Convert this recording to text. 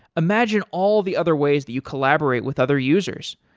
imagine all the other ways that you collaborate with other users.